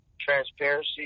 Transparency